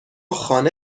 خانه